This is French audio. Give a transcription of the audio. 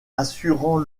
assurant